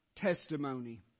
testimony